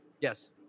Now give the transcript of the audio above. Yes